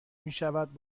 میشود